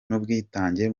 n’ubwitange